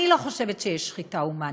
אני לא חושבת שיש שחיטה הומנית,